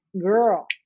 Girl